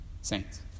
saints